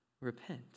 repent